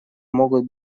могут